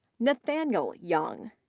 nathaniel young,